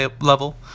level